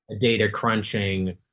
data-crunching